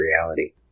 reality